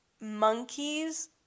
monkeys